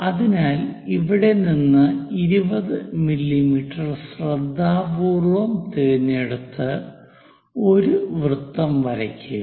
അതിനാൽ ഇവിടെ നിന്ന് 20 മില്ലീമീറ്റർ ശ്രദ്ധാപൂർവ്വം തിരഞ്ഞെടുത്ത് ഒരു വൃത്തം വരയ്ക്കുക